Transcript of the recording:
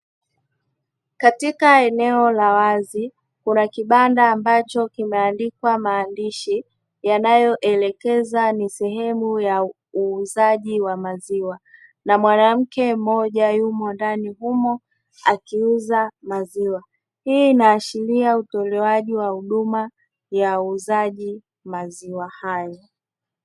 Katika eneo la wazi kuna kibanda ambacho kimeandikwa maandishi yanayoelekeza ni sehemu ya uuzaji wa maziwa na mwanamke mmoja yumo ndani humo akiuza maziwa. Hii inaashiria utolewaji wa huduma ya uuzaji maziwa hayo.